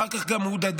אחר כך גם הודהדה,